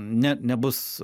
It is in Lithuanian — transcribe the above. net nebus